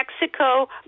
Mexico